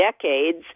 decades